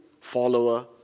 follower